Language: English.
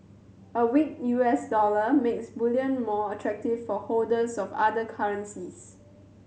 a weak U S dollar makes bullion more attractive for holders of other currencies